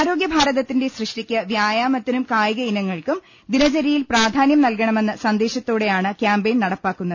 ആരോഗൃഭാരതത്തിന്റെ സൃഷ്ടിക്ക് വ്യായാമത്തിനുംകായിക ഇന ങ്ങൾക്കും ദിനചര്യയിൽ പ്രധാന്യം നൽകണമെന്ന സന്ദേശത്തോ ടെയാണ് ക്യാമ്പയിൻ നടപ്പാക്കുന്നത്